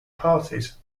parties